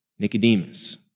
Nicodemus